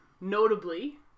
Notably